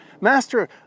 Master